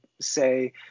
say